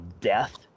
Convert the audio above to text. death